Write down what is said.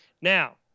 Now